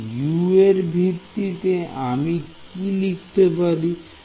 তাই U এর ভিত্তিতে আমি কি লিখতে পারি